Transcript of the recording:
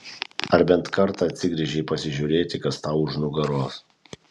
ar bent kartą atsigręžei pasižiūrėti kas tau už nugaros